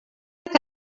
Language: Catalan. que